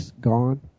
gone